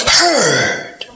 heard